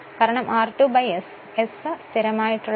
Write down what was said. കാരണം r2 s s അസ്ഥിരമാണ്